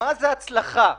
מהי הצלחה?